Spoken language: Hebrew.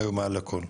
החיילים היו מעל הכל.